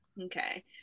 Okay